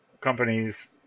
companies